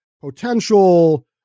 potential